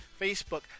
Facebook